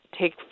take